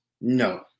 No